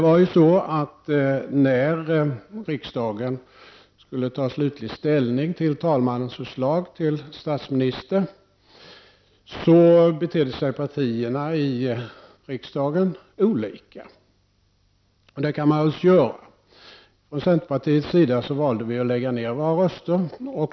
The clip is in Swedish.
När riksdagen skulle ta slutlig ställning till talmannens förslag till statsminister, betedde sig partierna i riksdagen på olika sätt. Det kan de naturligtvis göra. Från centerpartiets sida valde vi att lägga ner våra röster.